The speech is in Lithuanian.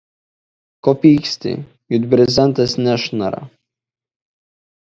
ko pyksti juk brezentas nešnara